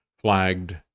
flagged